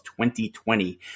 2020